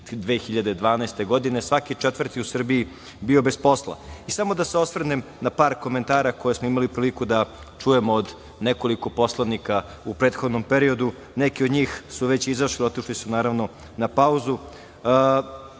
2012. godine svaki četvrti u Srbiji bio bez posla. Samo da se osvrnem na par komentara koje smo imali priliku da čujemo od nekoliko poslanika u prethodnom periodu. Neki od njih su već izašli, otišli su naravno na pauzu.